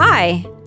Hi